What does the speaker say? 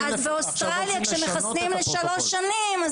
באוסטרליה מחסנים לשלוש שנים,